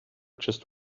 just